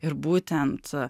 ir būtent